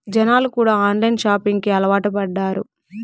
జనాలు కూడా online shopping కి అలవాటు పడ్డారు